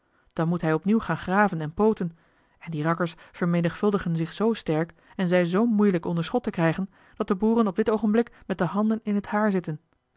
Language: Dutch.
dan moet hij opnieuw gaan graven en poten en die rakkers vermenigvuldigen zich zoo sterk en zijn zoo moeielijk onder schot te krijgen dat de boeren op dit oogenblik met de handen in het haar zitten